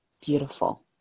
Beautiful